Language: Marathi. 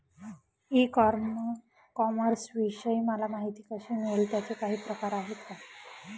ई कॉमर्सविषयी मला माहिती कशी मिळेल? त्याचे काही प्रकार आहेत का?